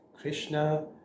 Krishna